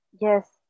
Yes